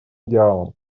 идеалам